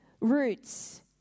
roots